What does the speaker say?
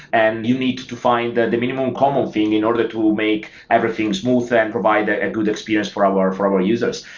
and you need to to find the the minimum common thing in order to make everything smooth and provide a good experience for um our for our users.